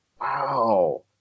wow